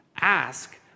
ask